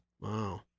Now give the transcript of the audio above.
Wow